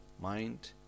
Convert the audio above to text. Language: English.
mind